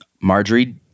Marjorie